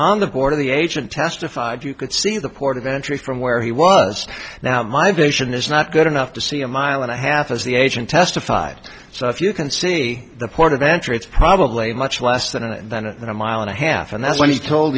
on the border the agent testified you could see the port of entry from where he was now my vision is not good enough to see a mile and a half as the agent testified so if you can see the port of entry it's probably much less than and then a mile and a half and that's when he told